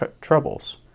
troubles